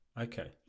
Okay